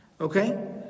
okay